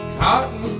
cotton